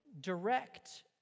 direct